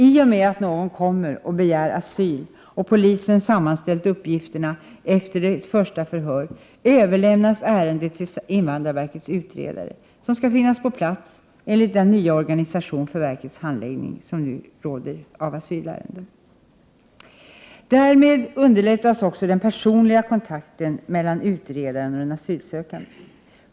I och med att någon kommer och begär asyl samt att polisen sammanställt uppgifterna efter ett första förhör överlämnas ärendet till invandrarverkets utredare, som skall finnas på plats enligt den nya organisationen för verkets handläggning av asylärenden. Därmed underlättas också den personliga kontakten mellan utredaren och den asylsökande.